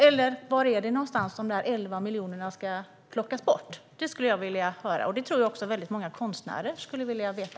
Eller var ska de 11 miljonerna plockas bort ifrån? Det skulle jag vilja höra, och det tror jag också att väldigt många konstnärer skulle vilja veta.